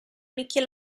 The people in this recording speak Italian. nicchie